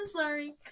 sorry